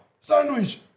sandwich